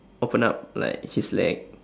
open up like his leg